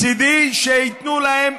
מצידי, שייתנו להם.